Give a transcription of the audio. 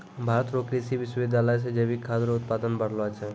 भारत रो कृषि विश्वबिद्यालय से जैविक खाद रो उत्पादन बढ़लो छै